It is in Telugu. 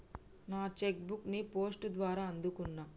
నా చెక్ బుక్ ని పోస్ట్ ద్వారా అందుకున్నా